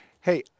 hey